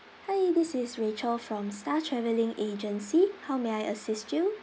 hi this is rachel from star travelling agency how may I assist you